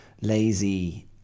lazy